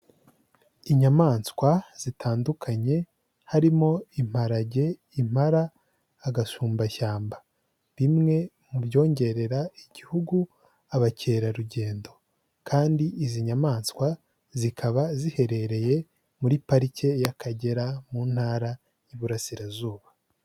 Inyamaswa zitandukanye, harimo imparage, impara, agasumbashyamba, bimwe mu byongerera igihugu abakerarugendo kandi izi nyamaswa zikaba ziherereye muri parike y'Akagera mu ntara y'Iburasirazuba.